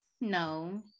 No